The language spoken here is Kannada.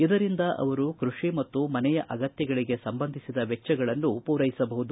ಇದರಿಂದ ಅವರು ಕೃಷಿ ಮತ್ತು ಮನೆಯ ಅಗತ್ಯಗಳಿಗೆ ಸಂಬಂಧಿಸಿದ ವೆಚ್ಚಗಳನ್ನು ಪೂರೈಸಬಹುದು